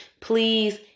please